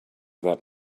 that